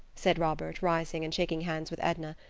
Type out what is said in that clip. said robert, rising, and shaking hands with edna.